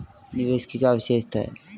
निवेश की क्या विशेषता है?